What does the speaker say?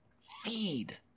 feed